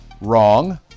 Wrong